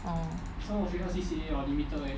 orh